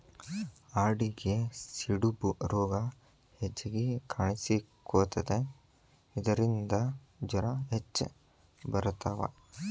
ಆಡಿಗೆ ಸಿಡುಬು ರೋಗಾ ಹೆಚಗಿ ಕಾಣಿಸಕೊತತಿ ಇದರಿಂದ ಜ್ವರಾ ಹೆಚ್ಚ ಬರತಾವ